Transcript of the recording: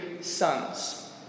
sons